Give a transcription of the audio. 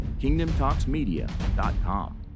kingdomtalksmedia.com